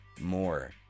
more